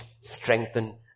strengthen